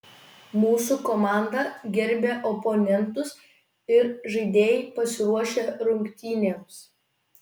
mūsų komanda gerbia oponentus ir žaidėjai pasiruošę rungtynėms